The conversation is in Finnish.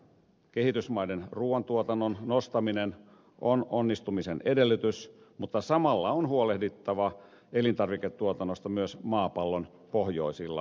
kehitysmaiden ruuantuotannon nostaminen on onnistumisen edellytys mutta samalla on huolehdittava elintarviketuotannosta myös maapallon pohjoisilla alueilla